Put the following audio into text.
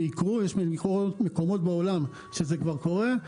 והם יקרו כמו שבמקומות אחרים בעולם זה כבר קורה,